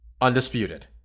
Undisputed